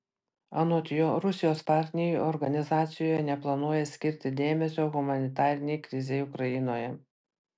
anot jo rusijos partneriai organizacijoje neplanuoja skirti dėmesio humanitarinei krizei ukrainoje